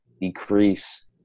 decrease